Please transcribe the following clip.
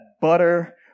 butter